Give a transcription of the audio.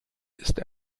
ist